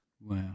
Wow